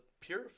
pure